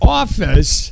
office